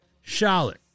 Charlotte